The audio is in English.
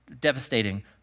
devastating